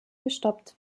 gestoppt